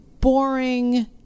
boring